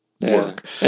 work